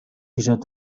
کشد